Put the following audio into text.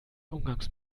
umgangs